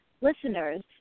listeners